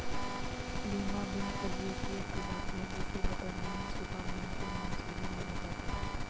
Lima bean फलियों की एक प्रजाति है जिसे बटरबीन, सिवा बिन के नाम से भी जाना जाता है